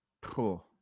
poor